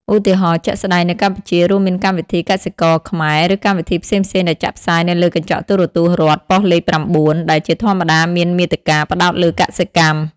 ឧទាហរណ៍ជាក់ស្ដែងនៅកម្ពុជា រួមមានកម្មវិធី កសិករខ្មែរ ឬកម្មវិធីផ្សេងៗដែលចាក់ផ្សាយនៅលើកញ្ចក់ទូរទស្សន៍រដ្ឋ ប៉ុស្តិ៍លេខ៩ដែលជាធម្មតាមានមាតិកាផ្តោតលើកសិកម្ម។